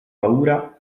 paura